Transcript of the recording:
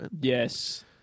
Yes